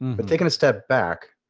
and but taking a step back,